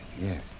Yes